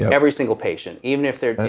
and every single patient even if they're,